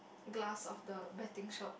glass of the betting shop